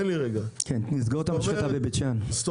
אם הוא